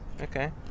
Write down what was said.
okay